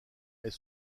est